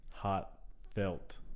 heartfelt